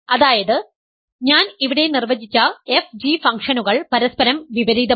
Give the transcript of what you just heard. അതായത് ഞാൻ ഇവിടെ നിർവചിച്ച f g ഫംഗ്ഷനുകൾ പരസ്പരം വിപരീതമാണ്